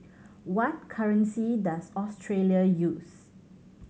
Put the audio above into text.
what currency does Australia use